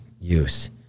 use